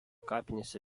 kapinėse